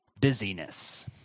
busyness